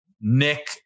Nick